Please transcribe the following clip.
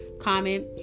comment